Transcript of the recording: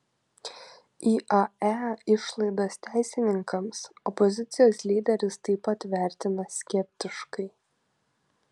iae išlaidas teisininkams opozicijos lyderis taip pat vertina skeptiškai